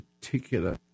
particular